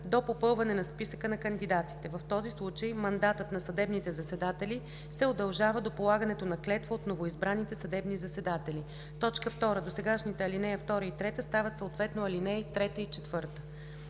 до попълване на списъка на кандидатите. В този случай мандатът на съдебните заседатели се удължава до полагането на клетва от новоизбраните съдебни заседатели.“ 2. Досегашните ал. 2 и 3 стават съответно ал. 3 и 4.“